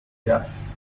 jazz